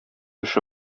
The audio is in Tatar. эше